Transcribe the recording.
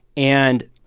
and,